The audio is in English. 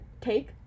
Take